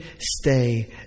stay